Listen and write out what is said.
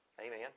Amen